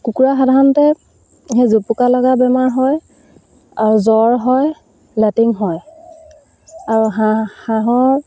কুকুৰা সাধাৰণতে সেই জুপুকা লগা বেমাৰ হয় আৰু জ্বৰ হয় লেট্ৰিন হয় আৰু হাঁহ হাঁহৰ